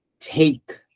take